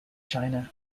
china